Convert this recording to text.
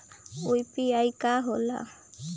UPI का होला?